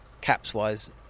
caps-wise